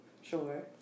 Sure